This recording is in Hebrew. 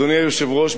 אדוני היושב-ראש,